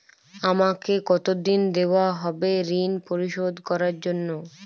আমাকে কতদিন দেওয়া হবে ৠণ পরিশোধ করার জন্য?